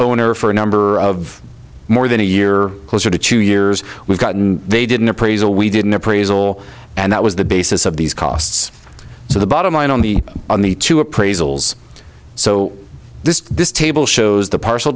owner for a number of more than a year closer to chew years we've gotten they didn't appraisal we didn't appraisal and that was the basis of these costs so the bottom line on the on the two appraisals so this this table shows the partial